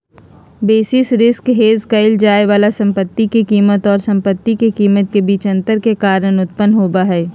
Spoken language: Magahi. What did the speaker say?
बेसिस रिस्क हेज क़इल जाय वाला संपत्ति के कीमत आऊ संपत्ति के कीमत के बीच अंतर के कारण उत्पन्न होबा हइ